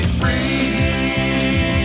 free